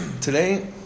today